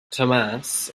thomas